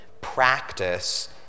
practice